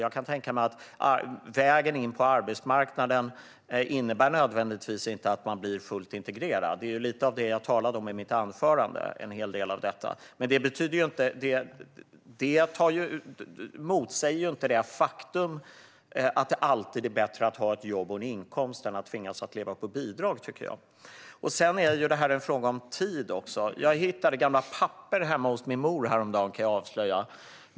Jag kan tänka mig att vägen in på arbetsmarknaden inte nödvändigtvis innebär att människor blir fullt integrerade. En hel del av detta är lite av det jag talade om i mitt anförande. Det motsäger inte det faktum att det alltid är bättre att ha ett jobb och en inkomst än att tvingas att leva på bidrag. Sedan är detta också en fråga om tid. Jag hittade gamla papper hemma hos min mor häromdagen, kan jag avslöja.